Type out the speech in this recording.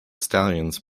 stallions